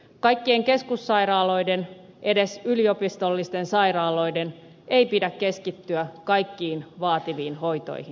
kaikkien keskussairaaloiden edes yliopistollisten sairaaloiden ei pidä keskittyä kaikkiin vaativiin hoitoihin